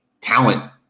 talent